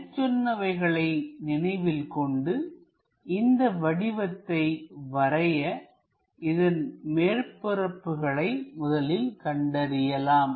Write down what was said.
மேற்சொன்னவைகளை நினைவில் கொண்டு இந்த வடிவத்தை வரைய இதன் மேற்பரப்புகளை முதலில் கண்டறியலாம்